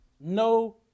no